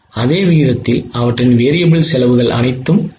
அதே விகிதத்தில் அவற்றின் variable செலவுகள் அனைத்தும் குறையும்